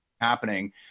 happening